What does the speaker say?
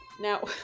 Now